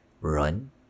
run